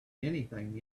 anything